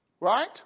Right